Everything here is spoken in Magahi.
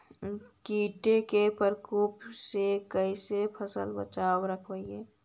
कीट के परकोप से कैसे फसल बचाब रखबय?